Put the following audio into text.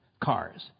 cars